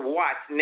watch